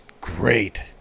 Great